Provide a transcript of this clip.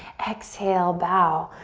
exhale, bow,